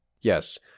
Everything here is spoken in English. Yes